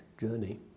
journey